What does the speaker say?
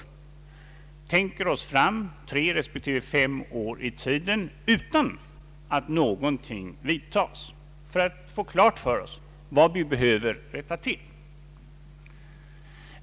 Vi tänker oss fram tre respektive fem år i tiden, utan att någonting görs för att vi skall få klart för oss vad vi behöver rätta till.